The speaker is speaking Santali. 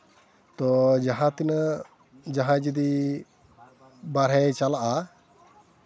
ᱛᱚ ᱡᱟᱦᱟᱸ ᱛᱤᱱᱟᱹᱜ ᱡᱟᱦᱟᱸᱭ ᱡᱚᱫᱤ ᱵᱟᱦᱨᱮᱭ ᱪᱟᱞᱟᱜᱼᱟ